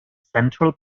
central